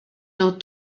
n’en